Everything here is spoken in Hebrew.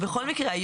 ובכל מקרה,